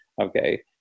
Okay